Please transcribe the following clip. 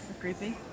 Creepy